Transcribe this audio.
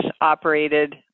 operated